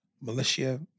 militia